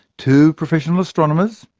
two professional astronomers,